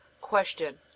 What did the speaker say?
Question